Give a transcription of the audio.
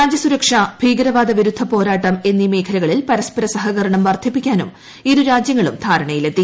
രാജ്യസുരക്ഷ ഭീകരവാദ വിരുദ്ധ പോരാട്ടം എന്നീ മേഖലകളിൽ പരസ്പരണ സഹകരണം വർദ്ധിപ്പിക്കാനും ഇരുരാജ്യങ്ങളും ധാരണയിലെത്തി